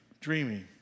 dreaming